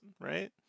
right